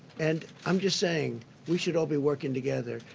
and i'm just saying we should all be working together.